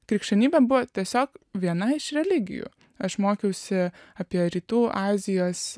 krikščionybė buvo tiesiog viena iš religijų aš mokiausi apie rytų azijos